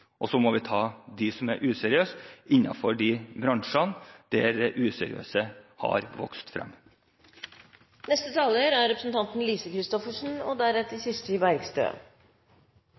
Så må vi ta dem som er useriøse, innenfor de bransjene der de useriøse har vokst